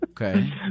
Okay